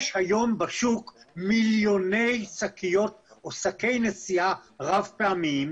יש היום בשוק מיליוני שקיות או שקי נשיאה רב פעמיים,